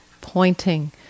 pointing